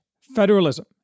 federalism